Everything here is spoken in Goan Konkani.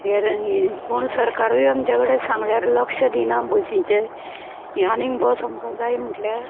हें कोण सरकारूय आमच्या कडे सांगल्यार लक्ष दिना बशींचे हें आनी बस आमकां जाय म्हटल्यार